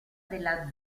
della